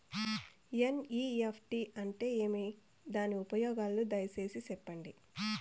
NEFT అంటే ఏమి? దాని ఉపయోగాలు దయసేసి సెప్పండి?